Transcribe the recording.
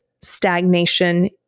stagnation